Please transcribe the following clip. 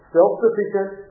Self-sufficient